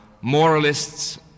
moralists